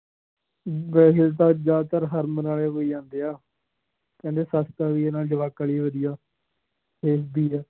ਵੈਸੇ ਤਾਂ ਜ਼ਿਆਦਾਤਰ ਹਰਮਨ ਵਾਲੇ ਕੋਲ ਹੀ ਜਾਂਦੇ ਆ ਕਹਿੰਦੇ ਸਸਤਾ ਵੀ ਹੈ ਨਾਲੇ ਜਵਾਕਾਂ ਲਈ ਵਧੀਆ